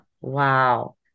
Wow